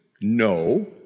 No